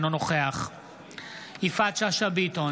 אינו נוכח יפעת שאשא ביטון,